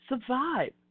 survive